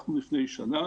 לפני שנה